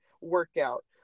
workout